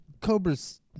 Cobra's